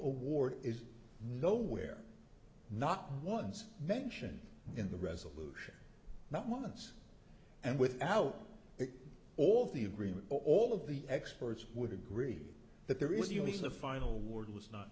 award is nowhere not once mention in the resolution not months and without all the agreement all of the experts would agree that there is the always the final word was not